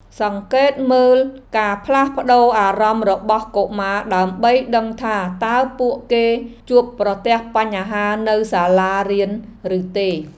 សង្កេតមើលការផ្លាស់ប្តូរអារម្មណ៍របស់កុមារដើម្បីដឹងថាតើពួកគេជួបប្រទះបញ្ហានៅសាលារៀនឬទេ។